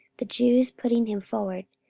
the jews putting him forward.